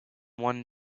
one